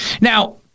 Now